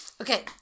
Okay